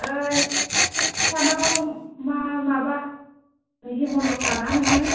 ओइ नोंसानाव मा माबा हेम'ल'था ना नोङो